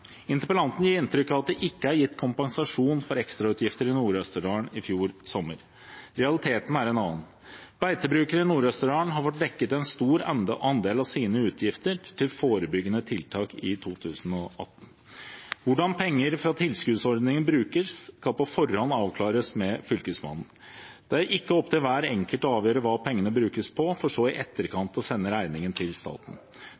Interpellanten gir inntrykk av at det ikke er gitt kompensasjon for ekstrautgifter i Nord-Østerdal i fjor sommer. Realiteten er en annen. Beitebrukere i Nord-Østerdal har fått dekket en stor andel av sine utgifter til forebyggende tiltak i 2018. Hvordan penger fra tilskuddsordningen brukes, skal på forhånd avklares med Fylkesmannen. Det er ikke opp til hver enkelt å avgjøre hva pengene brukes på, for så i